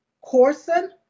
Corson